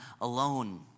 alone